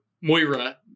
Moira